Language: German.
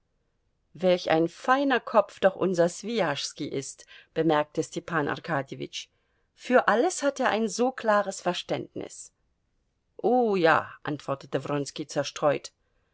welch feiner kopf doch unser swijaschski ist bemerkte stepan arkadjewitsch für alles hat er ein so klares verständnis o ja antwortete wronski zerstreut